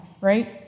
right